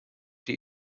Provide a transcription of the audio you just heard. die